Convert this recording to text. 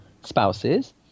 spouses